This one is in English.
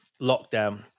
lockdown